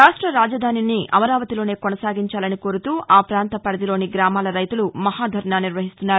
రాష్ట రాజధానిని అమరావతిలోనే కొనసాగించాలని కోరుతూ ఆ ప్రాంత పరిధిలోని గ్రామాల రైతులు మహాధర్నా నిర్వహిస్తున్నారు